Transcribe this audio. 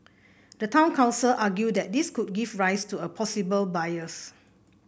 the town council argued that this could give rise to a possible bias